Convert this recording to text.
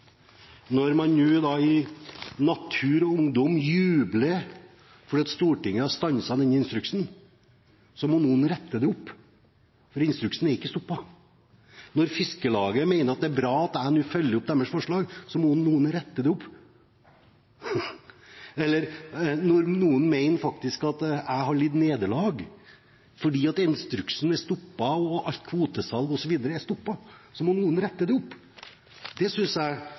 Når man nå i Natur og Ungdom jubler fordi Stortinget har stanset denne instruksen, må noen rette det opp, for instruksen er ikke stoppet. Når Fiskarlaget mener det er bra at jeg nå følger opp deres forslag, må noen rette det opp. Når noen faktisk mener at jeg har lidd nederlag fordi instruksen er stoppet og alt kvotesalg osv. er stoppet, må noen rette det opp. Når det gjelder dette, synes jeg